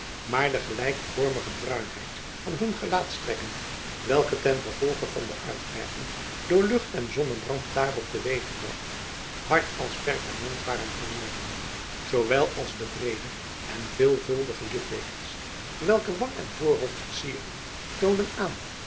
maar de gelijkvormige bruinheid van hun gelaatstrekken welke ten gevolge van de uitwerking door lucht en zonnebrand daarop teweeggebracht hard als perkament waren geworden zoowel als de breede en veelvuldige litteekens welke wang en voorhoofd versierden toonden aan